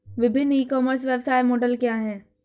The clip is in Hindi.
विभिन्न ई कॉमर्स व्यवसाय मॉडल क्या हैं?